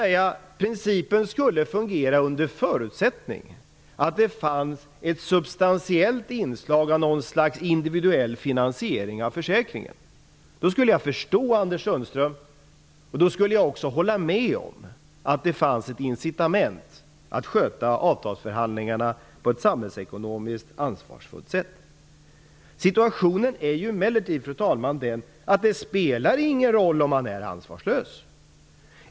Principen skulle fungera under förutsättning att det fanns ett substantiellt inslag av något slags individuell finansiering av försäkringen. Då skulle jag förstå Anders Sundström, och då skulle jag också hålla med om att det fanns ett incitament att sköta avtalsförhandlingarna på ett samhällsekonomiskt ansvarsfullt sätt. Situationen är emellertid den, fru talman, att det inte spelar någon roll om man är ansvarslös.